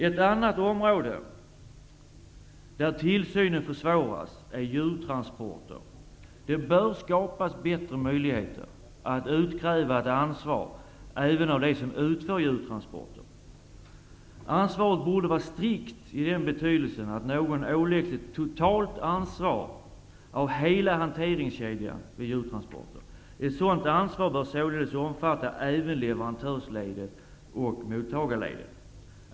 Ett annat område där tillsynen försvåras är djurtransporter. Det bör skapas bättre möjligheter att utkräva ett ansvar även av dem som utför djurtransporter. Ansvaret borde var strikt i den betydelsen att någon åläggs ett totalansvar för hela hanteringskedjan vid djurtransporter. Ett sådant ansvar bör således omfatta även leverantörsledet och mottagarledet.